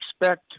expect